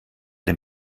den